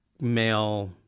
male